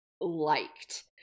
liked